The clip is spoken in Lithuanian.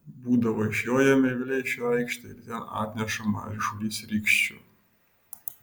būdavo išjojame į vileišio aikštę ir ten atnešama ryšulys rykščių